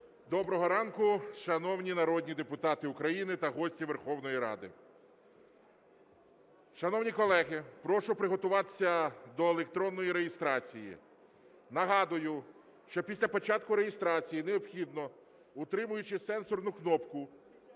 Доброго ранку, шановні народні депутати України та гості Верховної Ради! Шановні колеги, прошу приготуватися до електронної реєстрації. Нагадую, що після початку реєстрації необхідно, утримуючи сенсорну кнопку,